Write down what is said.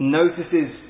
notices